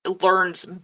learns